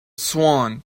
swan